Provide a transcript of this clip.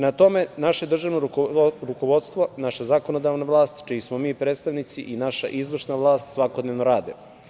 Na tome naše državno rukovodstvo, naša zakonodavna vlast, čiji smo mi predstavnici, i naša izvršna vlast svakodnevno rade.